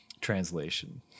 translation